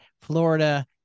Florida